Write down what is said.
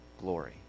glory